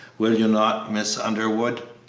will you not, miss underwood?